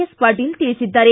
S Patil ತಿಳಿಸಿದ್ದಾರೆ